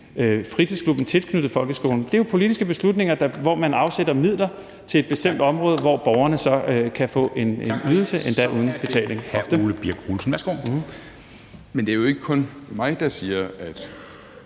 fritidsklubben tilknyttet folkeskolen. Det er jo politiske beslutninger, hvor man afsætter midler til et bestemt område, hvor borgerne så kan få en ydelse, endda uden betaling. Kl. 13:53 Formanden (Henrik